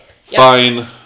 fine